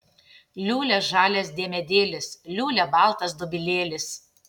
liūlia žalias diemedėlis liūlia baltas dobilėlis